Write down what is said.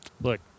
look